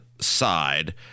side